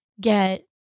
get